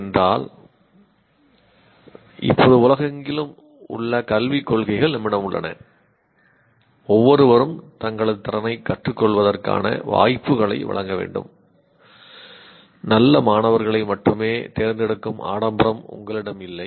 ஏனென்றால் இப்போது உலகெங்கிலும் உள்ள கல்வி கொள்கைகள் நம்மிடம் உள்ளன ஒவ்வொருவரும் தங்களது திறனைக் கற்றுக்கொள்வதற்கான வாய்ப்புகளை வழங்க வேண்டும் நல்ல மாணவர்களை மட்டுமே தேர்ந்தெடுக்கும் ஆடம்பரம் உங்களிடம் இல்லை